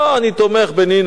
אני תומך בנינו,